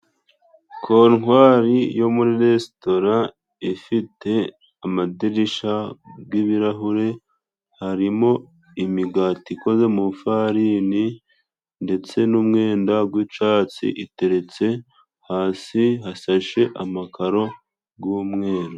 Kontwari yo muri resitora ifite amadirisha g'ibirahure, harimo imigati ikoze mu farini ndetse n'umwenda gw'icatsi, iteretse hasi hasashe amakaro g'umweru.